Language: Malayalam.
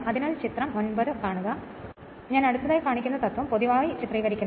അതിനാൽ ചിത്രം 9 കാണുക ഞാൻ അടുത്തതായി കാണിക്കുന്ന തത്വം പൊതുവായി ചിത്രീകരിക്കുന്നു